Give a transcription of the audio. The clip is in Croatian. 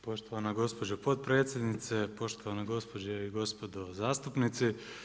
Poštovana gospođo potpredsjednice, poštovana gospođe i gospodo zastupnici.